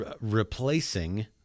replacing